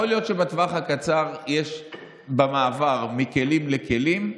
יכול להיות שבטווח הקצר, במעבר מכלים לכלים,